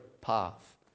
path